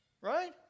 Right